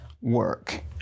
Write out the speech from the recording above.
work